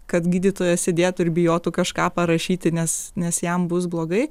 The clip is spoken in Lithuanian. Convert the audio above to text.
kad gydytoja sėdėtų ir bijotų kažką parašyti nes nes jam bus blogai